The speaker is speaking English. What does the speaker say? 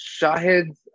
Shahid